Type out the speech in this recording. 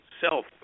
self